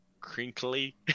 crinkly